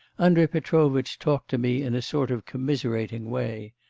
andrei petrovitch talked to me in a sort of commiserating way.